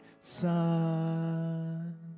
sun